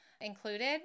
included